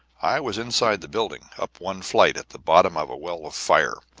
i was inside the building, up one flight, at the bottom of a well of fire.